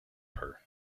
her